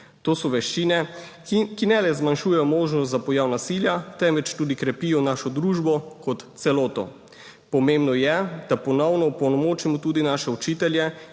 To so veščine, ki ne le zmanjšujejo možnost za pojav nasilja, temveč tudi krepijo našo družbo kot celoto. Pomembno je, da ponovno opolnomočimo tudi naše učitelje